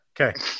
Okay